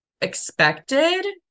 expected